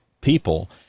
people